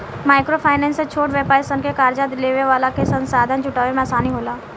micro finance से छोट व्यापारी सन के कार्जा लेवे वाला के संसाधन जुटावे में आसानी होला